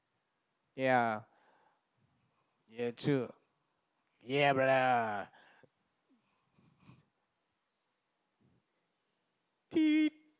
ya ya true ya bro